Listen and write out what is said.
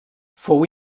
fou